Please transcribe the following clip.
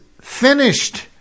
finished